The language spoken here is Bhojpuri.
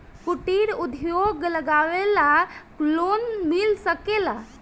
कुटिर उद्योग लगवेला लोन मिल सकेला?